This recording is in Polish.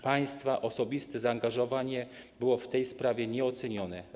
Państwa osobiste zaangażowanie było w tej sprawie nieocenione.